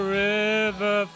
river